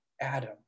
Adam